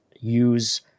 use